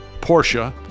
Porsche